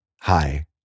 Hi